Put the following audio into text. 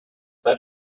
that